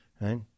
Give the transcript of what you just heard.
Right